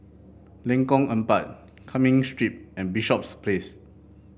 Lengkong Empat Cumming Street and Bishops Place